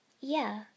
Yeah